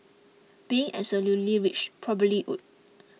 being absolutely rich probably would